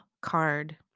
card